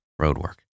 roadwork